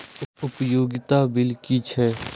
उपयोगिता बिल कि छै?